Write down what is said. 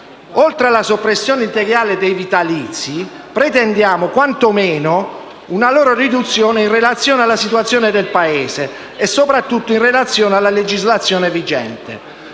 Oltre alla soppressione integrale dei vitalizi, pretendiamo quanto meno una loro riduzione in relazione alla situazione del Paese e soprattutto in relazione alla legislazione vigente.